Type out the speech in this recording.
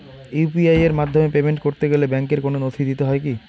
UPI এর মাধ্যমে payment করতে গেলে ব্যাংকের কোন নথি দিতে হয় কি?